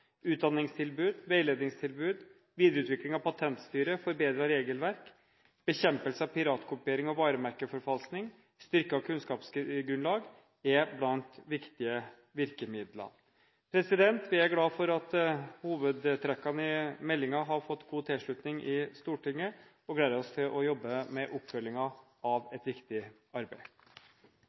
utdanningstilbud, videreutvikling av Patenstyret, forbedring av regelverket, bekjempelse av piratkopiering og varemerkeforfalskning og styrket kunnskapsgrunnlag. Vi er glad for at hovedtrekkene i meldingen har fått god tilslutning i Stortinget, og vi gleder oss til å jobbe med oppfølgingen av et viktig arbeid.